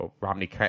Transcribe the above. Romney